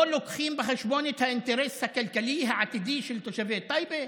לא לוקחים בחשבון את האינטרס הכלכלי העתידי של תושבי טייבה?